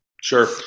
Sure